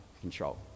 control